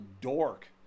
dork